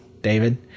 David